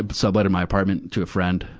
ah but subleted my apartment to a friend,